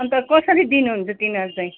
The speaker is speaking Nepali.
अन्त कसरी दिनुहुन्छ तिनीहरू चाहिँ